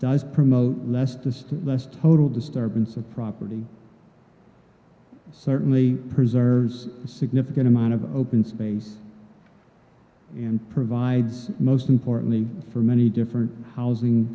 does promote less the less total disturbance of property certainly preserves a significant amount of open space and provides the most important thing for many different housing